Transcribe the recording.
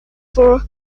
for